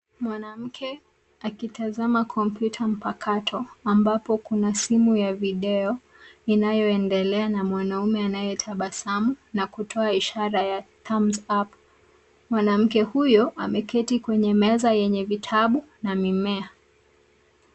Mwanamke akitazama kompyuta mpakato ambapo kuna simu ya video inayoendelea na mwanamume anayetabasamu na kutoa ishara ya thumbs up . Mwanamke huyo ameketi kwenye meza yenye vitabu na mimea.